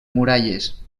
muralles